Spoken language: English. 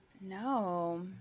No